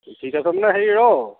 ঠিক আছে মানে হেৰি ৰহ